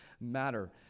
matter